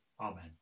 Amen